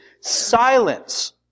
silence